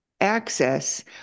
access